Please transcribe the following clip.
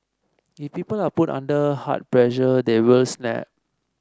if people are put under hard pressure they will snap